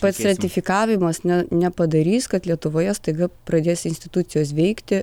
pats ratifikavimas ne nepadarys kad lietuvoje staiga pradės institucijos veikti